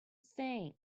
think